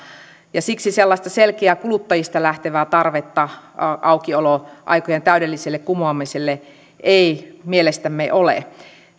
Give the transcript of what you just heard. ja siksi sellaista selkeää kuluttajista lähtevää tarvetta aukioloaikojen täydelliselle kumoamiselle ei mielestämme ole